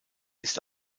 ist